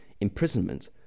imprisonment